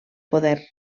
poder